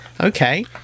okay